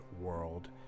world